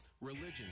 religion